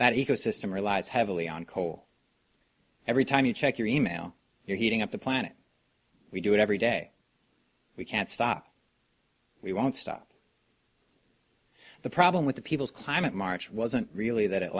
that eco system relies heavily on coal every time you check your email your heating up the planet we do it every day we can't stop we won't stop the problem with the people's climate march wasn't really that it